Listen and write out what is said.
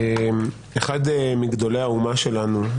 אחד מגדולי האומה שלנו,